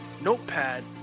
notepad